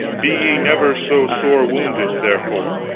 be ye never so sore wounded therefore,